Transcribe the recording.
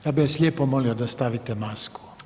Ja bih vas lijepo molio da stavite masku.